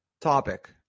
topic